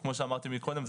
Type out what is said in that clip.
כמו שאמרתי קודם,